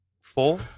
Four